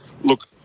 Look